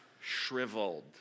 shriveled